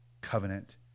covenant